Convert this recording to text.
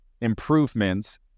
improvements